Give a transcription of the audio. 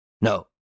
No